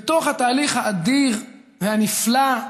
בתוך התהליך האדיר והנפלא,